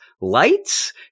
lights